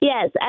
Yes